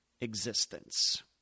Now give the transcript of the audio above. existence